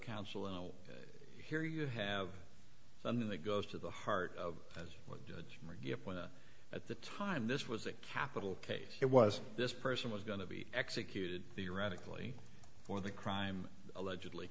counsel and here you have something that goes to the heart of as a gift when at the time this was a capital case it was this person was going to be executed theoretically for the crime allegedly